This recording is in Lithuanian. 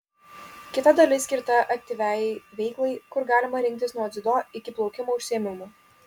kita dalis skirta aktyviajai veiklai kur galima rinktis nuo dziudo iki plaukimo užsiėmimų